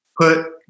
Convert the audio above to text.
Put